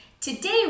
Today